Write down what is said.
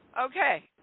Okay